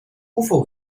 ufo